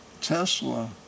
Tesla